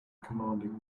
commanding